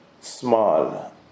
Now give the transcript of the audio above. small